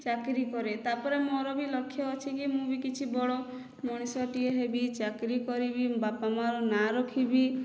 ଚାକିରି କରେ ତା ପରେ ମୋର ବି ଲକ୍ଷ୍ୟ ଅଛି କି ମୁଁ ବି କିଛି ବଡ଼ ମଣିଷଟିଏ ହେବି ଚାକିରି କରିବି ବାପା ମାଆର ନାଁ ରଖିବି